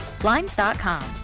blinds.com